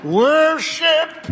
worship